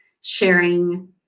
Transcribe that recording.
sharing